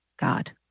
God